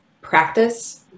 practice